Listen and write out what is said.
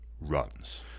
runs